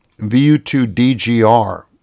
VU2DGR